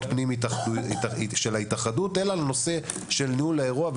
פנים של ההתאחדות אלא בנושא של ניהול האירוע.